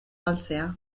galtzea